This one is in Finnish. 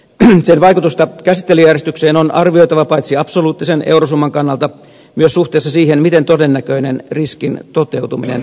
sen vaikutusta käsittelyjärjestykseen on arvioitava paitsi absoluuttisen eurosumman kannalta myös suhteessa siihen miten todennäköinen riskin toteutuminen on